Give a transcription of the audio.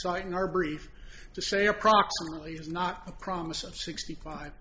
it in our brief to say approximately is not a promise of sixty five